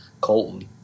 Colton